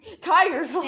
tigers